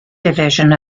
division